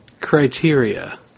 criteria